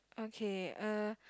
okay uh